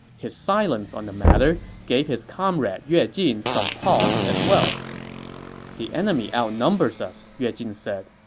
his silence on the matter gave his comrade yue jin some pause as well the enemy outnumbers us, yue jin said.